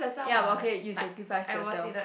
ya but okay you sacrifice for yourself